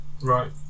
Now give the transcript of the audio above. Right